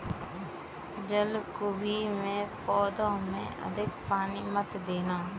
जलकुंभी के पौधों में अधिक पानी मत देना